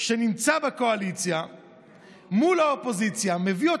שנמצאת בקואליציה מול האופוזיציה מביאה